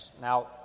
Now